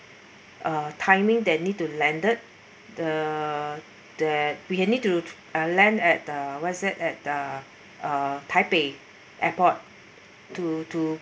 uh timing that need to landed the that we need to uh land at the what's that at the uh taipei airport to to